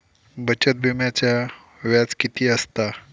बचत विम्याचा व्याज किती असता?